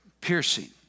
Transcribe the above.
piercing